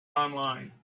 online